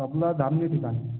आपला धामनी ठिकाण